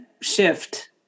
shift